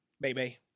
Baby